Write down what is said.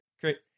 Great